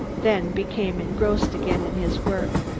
then became engrossed again in his work.